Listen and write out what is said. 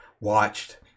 watched